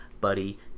buddy